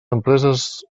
empreses